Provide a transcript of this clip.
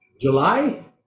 July